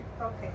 Okay